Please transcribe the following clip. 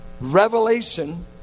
revelation